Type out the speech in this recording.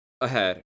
ahead